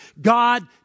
God